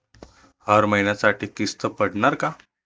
हर महिन्यासाठी किस्त पडनार का?